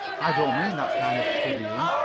i don't mean that kind of studying.